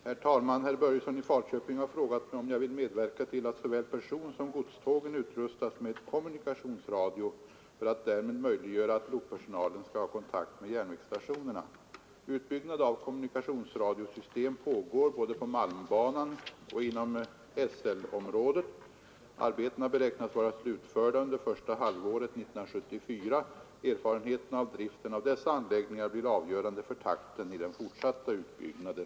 Herr talman! Herr Börjesson i Falköping har frågat mig om jag vill medverka till att såväl personsom godstågen utrustas med kommunikationsradio för att därmed möjliggöra att lokpersonalen skall ha kontakt med järnvägsstationerna. och inom SL-området. Arbetena beräknas vara slutförda under första halvåret 1974. Erfarenheterna av driften av dessa anläggningar blir avgörande för takten i den fortsatta utbyggnaden.